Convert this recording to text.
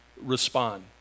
respond